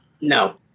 No